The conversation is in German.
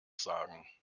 sagen